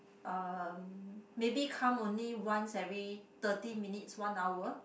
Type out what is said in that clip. um maybe come only once every thirty minutes one hour